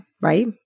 right